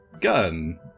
gun